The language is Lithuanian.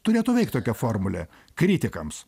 turėtų veikt tokią formulė kritikams